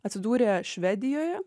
atsidūrė švedijoje